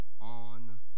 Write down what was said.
on